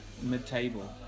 mid-table